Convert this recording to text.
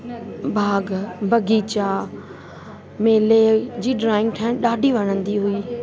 बाग़ बग़ीचा मेले जी ड्रॉइंग ठाहिणु ॾाढी वणंदी हुई